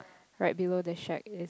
right below the shed is